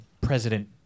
President